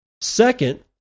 Second